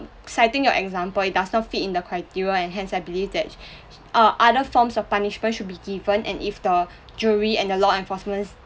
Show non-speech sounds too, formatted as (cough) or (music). citing your example it does not fit in the criteria and hence I believe that (breath) err other forms of punishments should be given and if the jury and the law enforcements